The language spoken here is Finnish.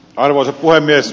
arvoisa puhemies